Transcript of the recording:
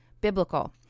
biblical